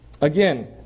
Again